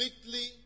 completely